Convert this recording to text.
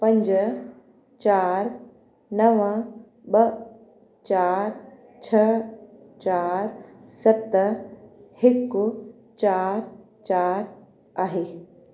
पंज चारि नव ॿ चारि छह चारि सत हिकु चारि चारि आहे